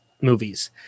movies